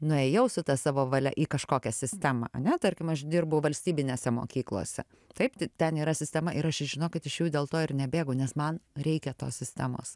nuėjau su ta savo valia į kažkokią sistemą ane tarkim aš dirbu valstybinėse mokyklose taip tai ten yra sistema ir aš žinokit iš jų dėl to ir nebėgu nes man reikia tos sistemos